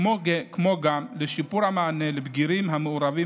כמו גם לשיפור המענה לבגירים המעורבים